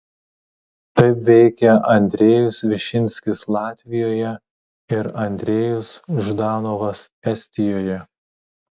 taip veikė andrejus višinskis latvijoje ir andrejus ždanovas estijoje